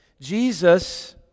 Jesus